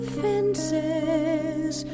fences